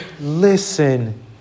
Listen